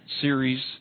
series